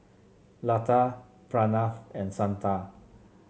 Lata Pranav and Santha